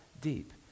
deep